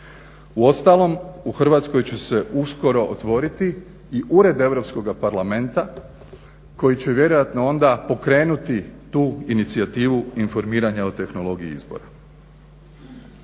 Uostalom u Hrvatskoj će se uskoro otvoriti i Ured Europskoga parlamenta koji će vjerojatno onda pokrenuti tu inicijativu informiranja o tehnologiji izbora.